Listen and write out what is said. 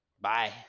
Bye